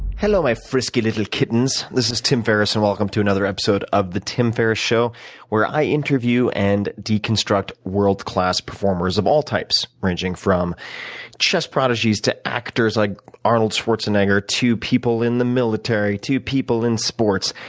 hello my frisky little kittens. this is tim ferriss and welcome to another episode of the tim ferriss show where i interview and deconstruct world class performers of all types, ranging from chess prodigies to actors like arnold schwarzenegger to people in the military, to people in sports,